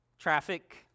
traffic